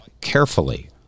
carefully